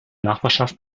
nachbarschaft